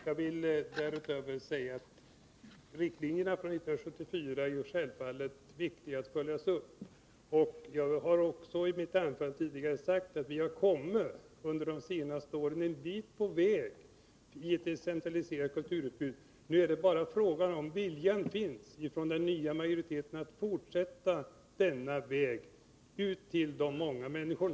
Jag vill därutöver säga att det självfallet är viktigt att riktlinjerna från 1974 följs upp. Jag har också i mitt tidigare anförande sagt att vi under de senaste åren har kommit en bit på väg i fråga om ett decentraliserat kulturutbud. Nu är bara frågan om det hos den nya majoriteten finns en vilja att fortsätta på denna väg ut till de många människorna.